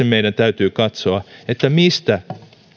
meidän täytyy katsoa missä